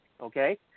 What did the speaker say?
okay